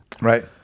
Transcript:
Right